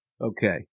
Okay